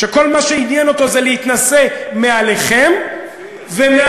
שכל מה שעניין אותו זה להתנשא מעליכם ומעלינו,